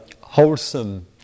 wholesome